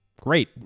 great